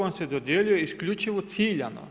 On se dodjeljuje isključivo ciljano.